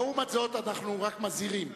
לעומת זאת, אנחנו רק מזהירים,